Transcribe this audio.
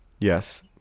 yes